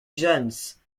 jones